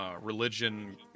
Religion